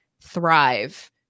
thrive